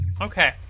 Okay